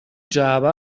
جعبه